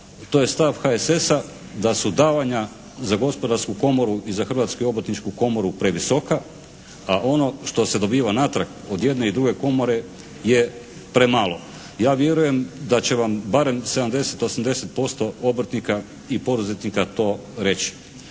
To je stav HSS-a da su davanja za Gospodarsku komoru i za Hrvatsku obrtničku komoru previsoka. A ono što se dobiva natrag od jedne i druge komore je premalo. Ja vjerujem da će vam barem 70, 80% obrtnika i poduzetnika to reći.